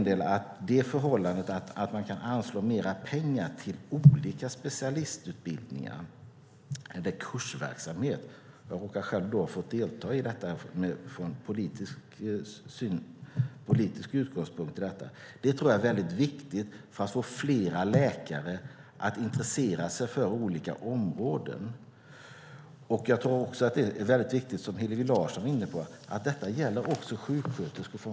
Det förhållandet att man kan anslå mer pengar till olika specialistutbildningar eller till kursverksamhet - jag har själv fått delta i sådant från politisk utgångspunkt - tror jag är viktigt för att få fler läkare att intressera sig för olika områden. Det som Hillevi Larsson är inne på är viktigt, nämligen att detta även gäller sjuksköterskor.